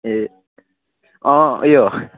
ए उयो